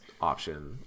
option